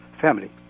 family